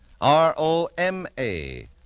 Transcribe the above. R-O-M-A